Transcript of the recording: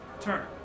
turn